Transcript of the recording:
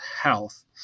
health